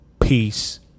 peace